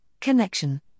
Connection